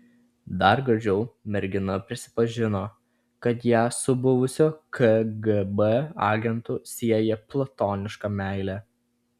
dar gražiau mergina prisipažino kad ją su buvusiu kgb agentu sieja platoniška meilė